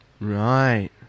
Right